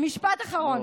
משפט אחרון.